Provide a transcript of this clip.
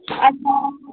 अच्छा